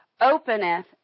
openeth